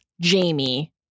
Jamie